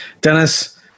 Dennis